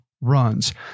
runs